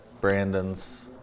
Brandon's